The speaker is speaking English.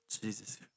Jesus